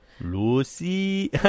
Lucy